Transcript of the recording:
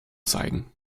zeigen